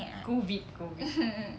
COVID COVID